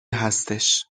هستش